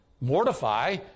Mortify